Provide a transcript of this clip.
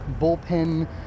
bullpen